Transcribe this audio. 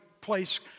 place